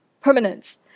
permanence